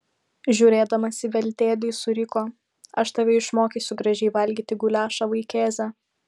žiūrėdamas į veltėdį suriko aš tave išmokysiu gražiai valgyti guliašą vaikėze